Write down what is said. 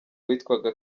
witwaga